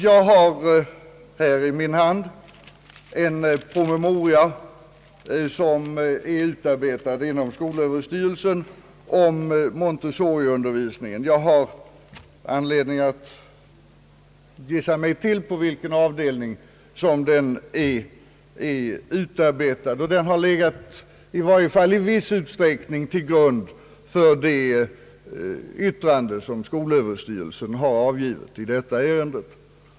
Jag har i min hand en inom skolöverstyrelsen utarbetad promemoria om Montessoriundervisningen. Jag har anledning att gissa mig till på vilken avdelning den är utarbetad. Den har i varje fall i viss utsträckning legat till grund för det yttrande som skolöverstyrelsen avgivit i detta ärende.